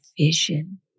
vision